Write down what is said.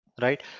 right